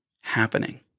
happening